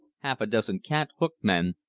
half a dozen cant-hook men,